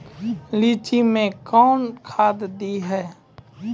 लीची मैं कौन खाद दिए?